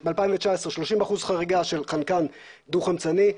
ב-2019 30% חריגה של חנקן דו חמצני,